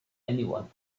anyone